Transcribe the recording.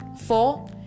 four